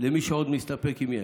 למי שעוד מסתפק, אם יש.